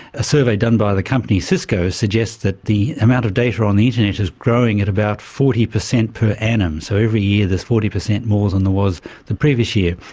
a survey done by the company cisco suggests that the amount of data on the internet is growing at about forty percent per annum, so every year there's forty percent more than there was the previous year.